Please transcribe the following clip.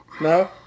No